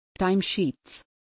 timesheets